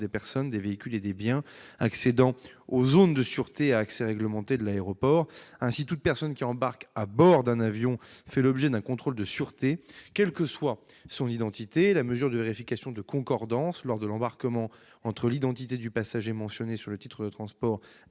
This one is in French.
des personnes, des véhicules et des biens accédant aux zones de sûreté à accès réglementé des aéroports. Ainsi, toute personne embarquant à bord d'un avion fait l'objet d'un contrôle de sûreté, quelle que soit son identité. La mesure de vérification de concordance entre l'identité du passager mentionnée sur le titre de transport